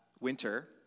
winter